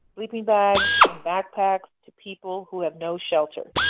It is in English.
sleeping bags, and backpacks to people who have no shelter.